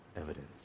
evidence